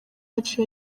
yacu